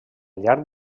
llarg